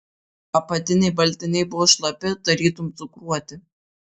apatiniai baltiniai buvo šlapi tarytum cukruoti